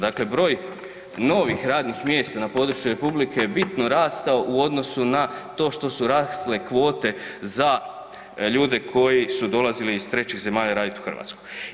Dakle broj novih radnih mjesta na području republike je bitno rastao u odnosu na to što su rasle kvote za ljude koji su dolazili iz trećih zemalja radit u Hrvatsku.